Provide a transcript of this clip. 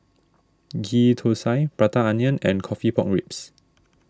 Ghee Thosai Prata Onion and Coffee Pork Ribs